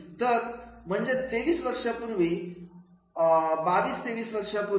तर म्हणजे तेवीस वर्षापूर्वी 22 23 वर्षांपूर्वी